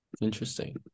Interesting